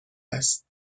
است